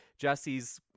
Jesse's